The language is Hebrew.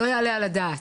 לא יעלה על הדעת.